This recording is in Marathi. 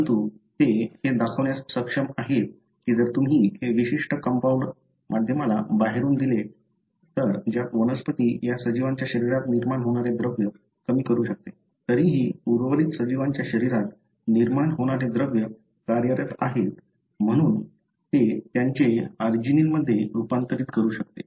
परंतु ते हे दाखवण्यास सक्षम आहेत की जर तुम्ही हे विशिष्ट कंपाऊंड माध्यमाला बाहेरून दिले तर ज्यात वनस्पती या सजीवांच्या शरीरात निर्माण होणारे द्रव्य कमी करू शकते तरीही उर्वरित सजीवांच्या शरीरात निर्माण होणारे द्रव्य कार्यरत आहेत म्हणून ते त्याचे आर्जिनिनमध्ये रूपांतर करू शकते